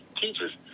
teachers